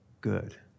good